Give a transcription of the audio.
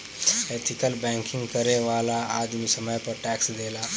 ethical banking करे वाला आदमी समय पर टैक्स देला